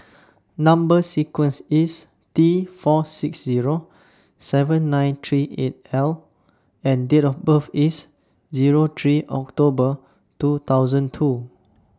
Number sequence IS T four six Zero seven nine three eight L and Date of birth IS Zero three October two thousand two